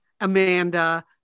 Amanda